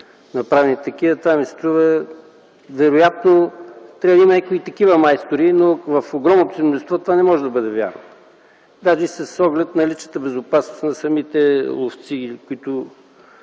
направени такива. Това ми се струва... Трябва да има и някакви такива майстори, но в огромното си мнозинство това не може да бъде вярно. Даже и с оглед на личната безопасност на самите ловци, които